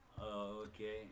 okay